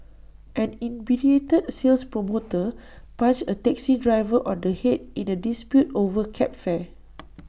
an in brief hate sales promoter punched A taxi driver on the Head in A dispute over cab fare